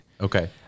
Okay